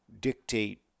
dictate